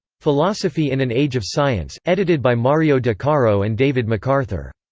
philosophy in an age of science, edited by mario de caro and david macarthur.